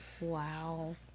Wow